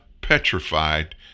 petrified